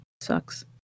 sucks